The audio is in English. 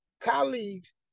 colleagues